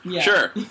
sure